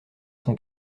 son